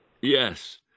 Yes